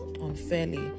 unfairly